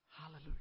Hallelujah